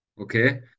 Okay